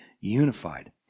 unified